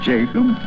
Jacob